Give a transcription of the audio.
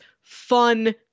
fun